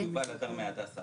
יובל אדר מהדסה.